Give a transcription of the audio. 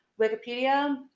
Wikipedia